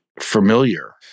familiar